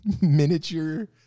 miniature